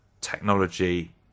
technology